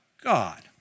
God